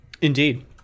Indeed